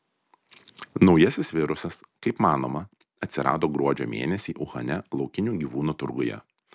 naujasis virusas kaip manoma atsirado gruodžio mėnesį uhane laukinių gyvūnų turguje